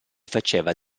faceva